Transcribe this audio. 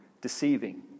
deceiving